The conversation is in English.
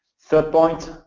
third point,